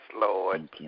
Lord